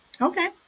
okay